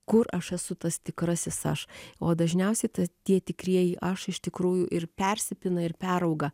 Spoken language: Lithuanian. kur aš esu tas tikrasis aš o dažniausiai tie tikrieji aš iš tikrųjų ir persipina ir perauga